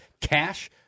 Cash